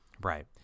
right